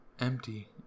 Empty